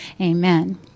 Amen